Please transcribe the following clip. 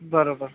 बरोबर